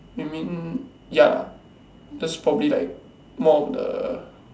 I mean ya lah that's probably like one of the